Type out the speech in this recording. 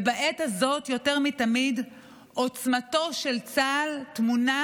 ובעת הזאת יותר מתמיד עוצמתו של צה"ל טמונה